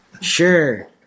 Sure